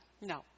no